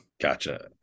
Gotcha